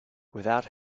without